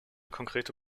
konkrete